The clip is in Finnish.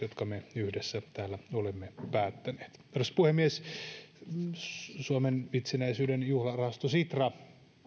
jotka me yhdessä täällä olemme päättäneet arvoisa puhemies suomen itsenäisyyden juhlarahasto sitra